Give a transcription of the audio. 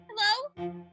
Hello